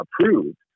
approved